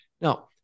Now